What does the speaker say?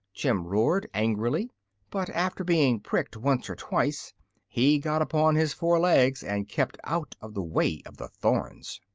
jim roared, angrily but after being pricked once or twice he got upon his four legs and kept out of the way of the thorns.